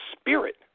spirit